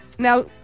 Now